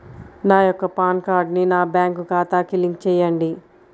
నా యొక్క పాన్ కార్డ్ని నా బ్యాంక్ ఖాతాకి లింక్ చెయ్యండి?